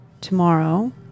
tomorrow